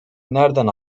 nerden